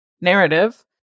narrative